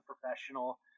professional